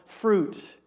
fruit